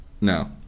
No